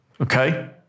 Okay